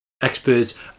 experts